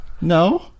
No